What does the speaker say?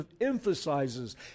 emphasizes